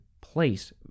place